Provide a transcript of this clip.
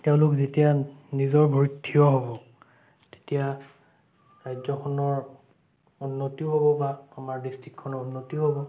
তেওঁলোক যেতিয়া নিজৰ ভৰিত থিয় হ'ব তেতিয়া ৰাজ্যখনৰ উন্নতিও হ'ব বা আমাৰ ডিষ্ট্ৰিক্টখনৰ উন্নতিও হ'ব